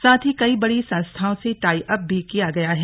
साथ ही कई बड़ी संस्थाओं से टाई अप भी किया गया है